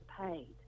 paid